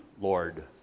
Lord